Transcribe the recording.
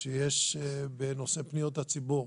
בנושא פניות הציבור.